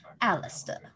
Alistair